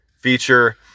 feature